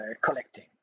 collecting